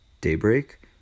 daybreak